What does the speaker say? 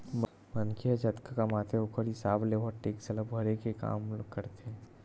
मनखे ह जतका कमाथे ओखर हिसाब ले ओहा टेक्स ल भरे के काम करथे